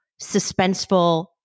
suspenseful